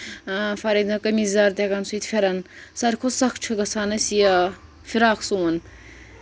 for example قمیٖز یَزار تہِ ہیٚکان سُیِتھ فیرَن ساروٕے کھۄتہٕ سَخ چھُ گژھان اَسہِ یہِ فِراک سُوُن